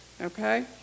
okay